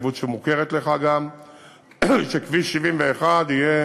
התחייבות שגם מוכרת לך, שכביש 71 יהיה